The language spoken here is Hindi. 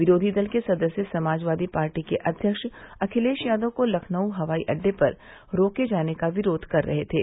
विरोधी दल के सदस्य समाजवादी पार्टी के अध्यक्ष अखिलेश यादव को लखनऊ हवाई अड्डे पर रोके जाने का विरोध कर रहे थे